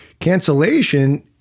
Cancellation